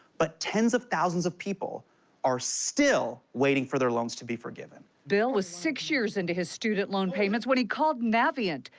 but tens of thousands of people are still waiting for their loans to be forgiven. bill was six years into his student loan payments when he called navient,